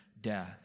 death